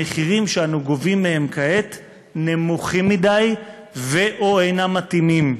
המחירים שאנו גובים מהם כעת נמוכים מדי ו/או אינם מתאימים.